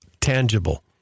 tangible